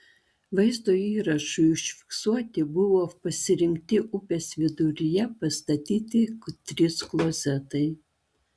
vaizdo įrašui užfiksuoti buvo pasirinkti upės viduryje pastatyti trys klozetai